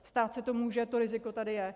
Stát se to může, to riziko tady je.